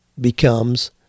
becomes